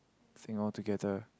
thing altogether